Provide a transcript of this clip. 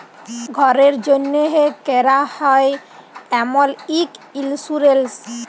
ঘ্যরের জ্যনহে ক্যরা হ্যয় এমল ইক ইলসুরেলস